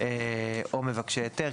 או מבקשי היתר.